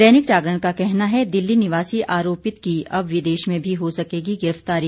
दैनिक जागरण का कहना है दिल्ली निवासी आरोपित की अब विदेश में भी हो सकेगी गिरफ़तारी